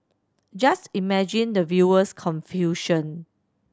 just imagine the viewer's confusion